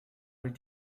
did